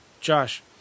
Josh